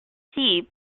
sea